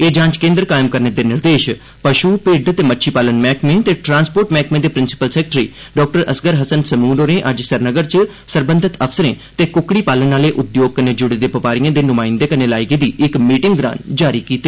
एह जांच केन्द्र कायम करने दे निर्देश पशु भिड्ड ते मच्छी पालन मैहकमे ते ट्रांसपोर्ट मैहकमे दे principal secretary doctor Asghar Hassan Samoon होरें अज्ज श्रीनगर च सरबंघत अफसरें ते कुक्कड़ी पालन आह्ले उद्योग कन्नै जुड़े दे बपारिए दे नुमाइंदे कन्नै लाई गेदी इक मीटिंग दौरान जारी कीते